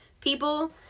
people